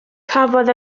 cafodd